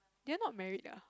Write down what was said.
they're not married ah